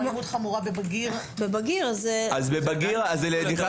בבגיר זה נכנס